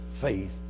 faith